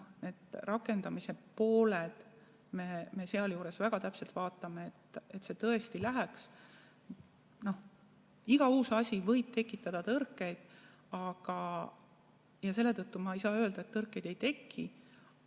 Rakendamise puhul me kindlasti väga täpselt vaatame, et see tõesti toimiks. Iga uus asi võib tekitada tõrkeid ja seetõttu ma ei saa öelda, et tõrkeid ei teki,